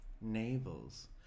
Navels